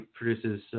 produces